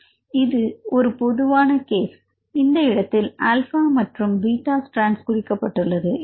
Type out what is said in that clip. இங்கு இது ஒரு பொதுவான கேஸ் இந்த இடத்தில் ஆல்பா மற்றும் இங்கே பீட்டா ஸ்ட்ராண்ட்ஸ் குறிக்கப்பட்டுள்ளது